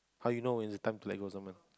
how you know is the time to let go of someone